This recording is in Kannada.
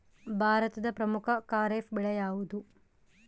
ಭಾರತದ ಪ್ರಮುಖ ಖಾರೇಫ್ ಬೆಳೆ ಯಾವುದು?